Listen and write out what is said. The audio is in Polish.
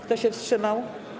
Kto się wstrzymał?